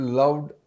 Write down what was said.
loved